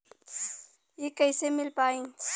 इ कईसे मिल पाई?